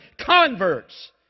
converts